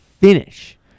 finish